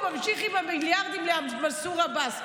הוא ממשיך עם המיליארדים למנסור עבאס.